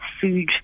food